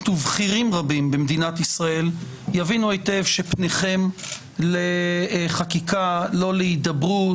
ובכירים רבים במדינת ישראל יבינו היטב שפניכם לחקיקה ולא להידברות.